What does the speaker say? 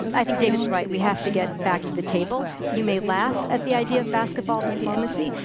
and i think david's right. we have to get back to the table. you may laugh at the idea of basketball diplomacy,